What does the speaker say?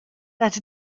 that